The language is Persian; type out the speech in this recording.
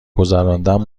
گذراندن